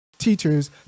teachers